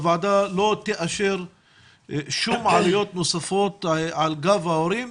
הוועדה לא תאשר שום עלויות נוספות על גב ההורים,